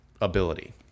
ability